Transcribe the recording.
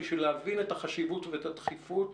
בשביל להבין את החשיבות והדחיפות,